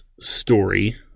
story